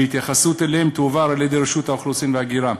והתייחסות אליהם תועבר על-ידי רשות האוכלוסין וההגירה.